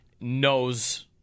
knows